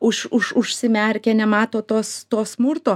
už už užsimerkę nemato tos to smurto